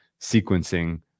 sequencing